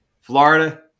Florida